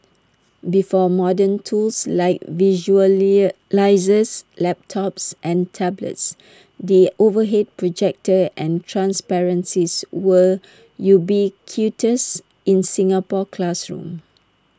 before modern tools like visual near line this laptops and tablets the overhead projector and transparencies were ubiquitous in Singapore classrooms